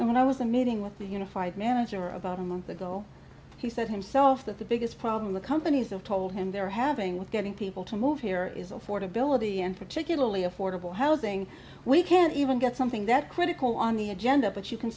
and when i was a meeting with the unified manager about a month ago he said himself that the biggest problem the companies of told him they're having with getting people to move here is affordability and particularly affordable housing we can't even get something that critical on the agenda but you can